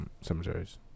cemeteries